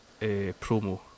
promo